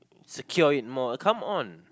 secure it more come on